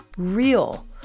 real